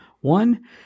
One